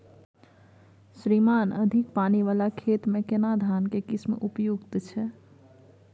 श्रीमान अधिक पानी वाला खेत में केना धान के किस्म उपयुक्त छैय?